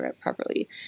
properly